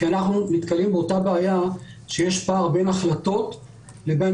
כי אנחנו נתקלים באותה בעיה שיש פער בין החלטות לבין